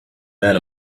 men